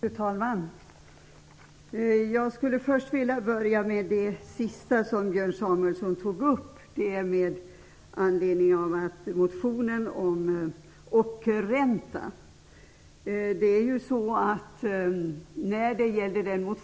Fru talman! Jag skulle vilja börja med att ta upp det sista som Björn Samuelson sade med anledning av motionen om ockerränta. Lagutskottet